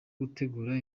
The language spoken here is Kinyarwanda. gutegura